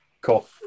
Cool